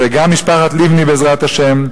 וגם משפחת לבני, בעזרת השם,